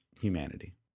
humanity